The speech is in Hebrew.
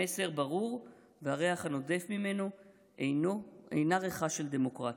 המסר ברור והריח הנודף ממנו אינו ריחה של דמוקרטיה.